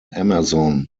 amazon